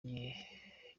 igihe